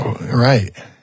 Right